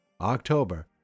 October